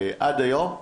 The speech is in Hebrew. עד היום,